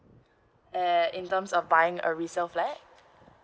eh in terms of buying a resale flat